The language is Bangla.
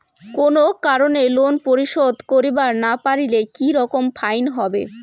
কোনো কারণে লোন পরিশোধ করিবার না পারিলে কি রকম ফাইন হবে?